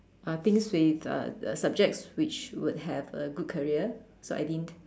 uh things with uh uh subjects which would have a good career so I didn't